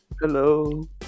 Hello